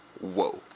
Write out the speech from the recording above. Whoa